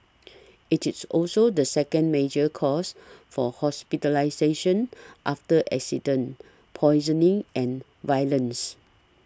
it is also the second major cause for hospitalisation after accidents poisoning and violence